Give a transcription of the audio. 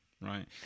right